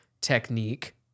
technique